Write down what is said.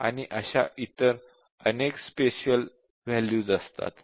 आणि अशा इतर अनेक स्पेशल वॅल्यूज असतात